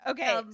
Okay